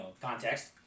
context